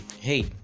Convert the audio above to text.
Hey